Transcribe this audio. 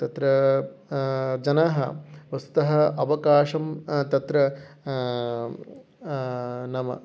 तत्र जनाः वस्तुतः अवकाशं तत्र नाम